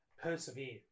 Persevere